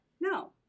No